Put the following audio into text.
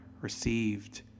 received